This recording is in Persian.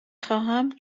خواهم